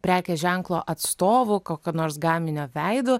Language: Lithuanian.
prekės ženklo atstovu kokio nors gaminio veidu